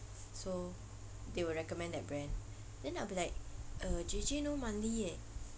so they would recommend that brand then I'll be like err J_J no money eh